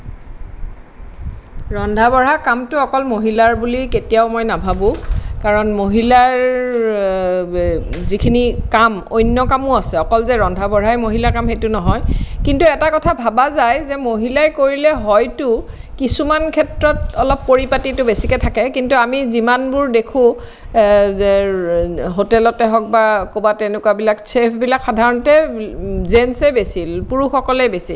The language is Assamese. ৰন্ধা বঢ়া কামতো অকল মহিলাৰ বুলি কেতিয়াও মই নাভাৱো কাৰণ মহিলাৰ যিখিনি কাম অন্য কামো আছে অকল যে ৰন্ধা বঢ়া মহিলাৰ কাম সেইটো নহয় কিন্তু এটা কথা ভাবা যায় যে মহিলাই কৰিলে হয়তো কিছুমান ক্ষেত্ৰত অলপ পৰিপাটিটো বেছিকে থাকে কিন্তু আমি যিমানবোৰ দেখো হোটেলতে হওক কবাত তেনেকুৱাবিলাক ছেফবিলাক সাধাৰণতে জেনছেই বেছি পুৰুষসকলেই বেছি